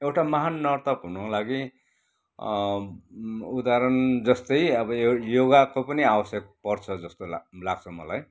एउटा महान् नर्तक हुनुको लागि उदाहरण जस्तै अब यो योगाको पनि आवश्यक पर्छ जस्तो लाग लाग्छ मलाई